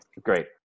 great